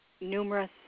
numerous